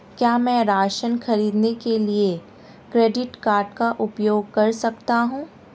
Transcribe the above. क्या मैं राशन खरीदने के लिए क्रेडिट कार्ड का उपयोग कर सकता हूँ?